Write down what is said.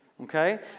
okay